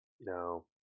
No